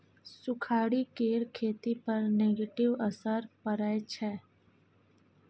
सुखाड़ि केर खेती पर नेगेटिव असर परय छै